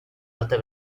alte